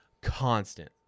constant